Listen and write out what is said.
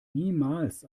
niemals